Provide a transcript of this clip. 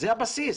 זה הבסיס.